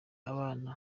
abana